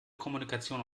kommunikation